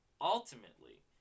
Ultimately